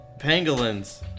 pangolins